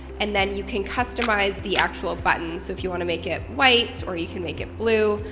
and then you can customize the actual button so if you want to make it white or you can make it blue,